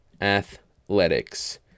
Athletics